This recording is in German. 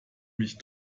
mich